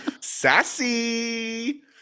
Sassy